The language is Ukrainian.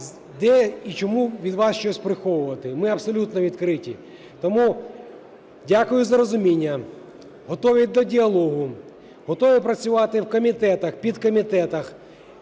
де і чому від вас щось приховувати, ми абсолютно відкриті. Тому дякую за розуміння. Готові до діалогу, готові працювати в комітетах, підкомітетах.